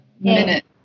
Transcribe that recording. minute